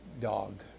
dog